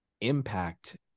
impact